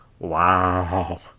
Wow